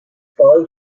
following